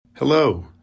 Hello